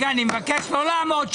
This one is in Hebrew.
אני פותח את